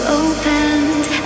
opened